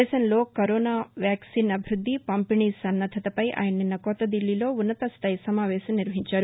దేశంలో corona vaccine అభివృద్ది పంపిణీ సన్నద్దతపై ఆయన నిన్న కొత్త దిల్లీలో ఉన్నత స్టాయి సమావేశం నిర్వహించారు